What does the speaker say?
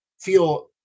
feel